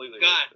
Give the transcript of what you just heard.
God